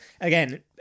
again